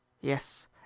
Yes